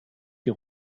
die